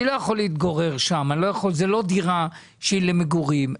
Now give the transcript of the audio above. אני לא יכול להתגורר שם; זו לא דירה שהיא למגורים.